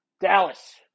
Dallas